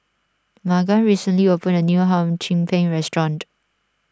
Magan recently opened a new Hum Chim Peng restaurant